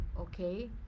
Okay